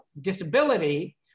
disability